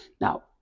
now